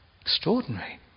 Extraordinary